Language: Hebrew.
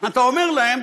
אתה אומר להם,